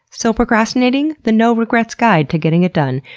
still procrastinating? the no regrets guide to getting it done,